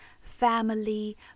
family